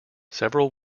several